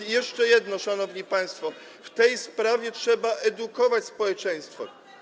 I jeszcze jedno, szanowni państwo, w tej sprawie trzeba edukować społeczeństwo.